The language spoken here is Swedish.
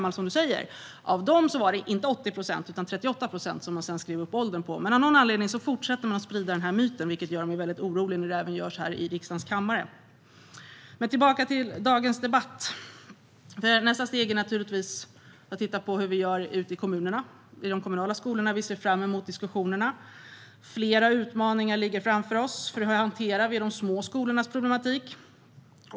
Av dessa personer var det inte 80 procent utan 38 procent som man sedan skrev upp åldern på. Av någon anledning fortsätter dock denna myt att spridas, och att det även sker här i riksdagens kammare gör mig orolig. För att återgå till dagens debatt: Nästa steg är att titta på hur vi gör i de kommunala skolorna. Vi ser fram emot diskussionerna. Flera utmaningar ligger framför oss. Hur hanterar vi de små skolornas problematik?